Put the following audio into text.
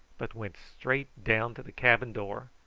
but went straight down to the cabin door,